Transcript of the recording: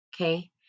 Okay